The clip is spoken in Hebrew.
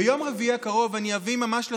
ביום רביעי הקרוב אני אביא ממש לכאן,